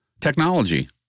technology